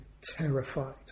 terrified